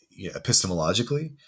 epistemologically